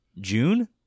June